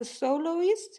soloist